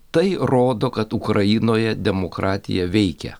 tai rodo kad ukrainoje demokratija veikia